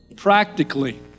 Practically